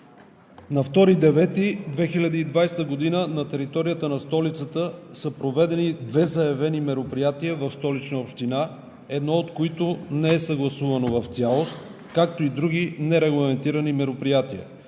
На 2 септември 2020 г. на територията на столицата са проведени две заявени мероприятия в Столична община, едно от които не е съгласувано в цялост, както и други нерегламентирани мероприятия.